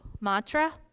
mantra